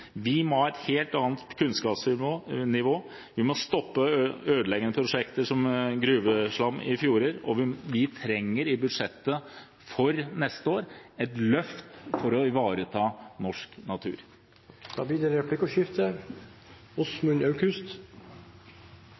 og må bli tatt på alvor. Vi må ha et helt annet kunnskapsnivå. Vi må stoppe ødeleggende prosjekter som gruveslam i fjorder, og vi trenger i budsjettet for neste år et løft for å ivareta norsk natur. Det blir replikkordskifte. Jeg vil takke Ola Elvestuen for et godt innlegg og